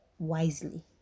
Wisely